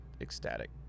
Ecstatic